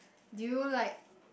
do you like